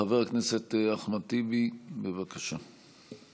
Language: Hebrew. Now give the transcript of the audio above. חבר הכנסת אחמד טיבי, בבקשה.